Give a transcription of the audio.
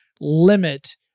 limit